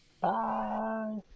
Bye